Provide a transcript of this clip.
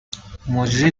مجری